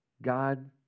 God